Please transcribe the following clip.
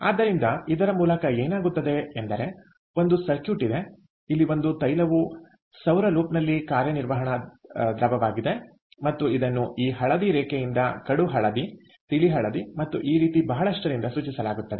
ಆದ್ದರಿಂದ ಇದರ ಮೂಲಕ ಏನಾಗುತ್ತದೆ ಎಂದರೆ ಇಲ್ಲಿ ಒಂದು ಸರ್ಕ್ಯೂಟ್ ಇದೆ ಇಲ್ಲಿ ಒಂದು ತೈಲವು ಸೌರ ಲೂಪ್ನಲ್ಲಿ ಕಾರ್ಯನಿರ್ವಹಣ ದ್ರವವಾಗಿದೆ ಮತ್ತು ಇದನ್ನು ಈ ಹಳದಿ ರೇಖೆಯಿಂದ ಕಡು ಹಳದಿ ತಿಳಿ ಹಳದಿ ಮತ್ತು ಈ ರೀತಿ ಬಹಳಷ್ಟರಿಂದ ಸೂಚಿಸಲಾಗುತ್ತದೆ